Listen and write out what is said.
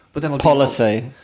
Policy